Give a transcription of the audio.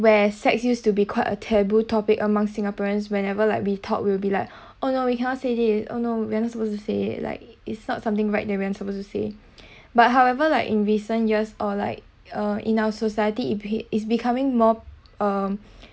where sex used to be quite a taboo topic among singaporeans whenever like we thought will be like oh no we cannot say this oh no we are not supposed to say it like it's not something right that we are supposed to say but however like in recent years or like uh in our society it is becoming more um